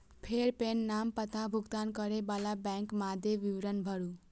फेर पेन, नाम, पता, भुगतान करै बला बैंकक मादे विवरण भरू